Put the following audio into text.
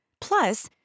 Plus